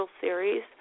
series